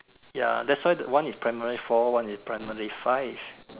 ya that's why one is primary four one is primary five